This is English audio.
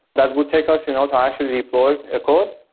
that would take us you know to actually deploy a code,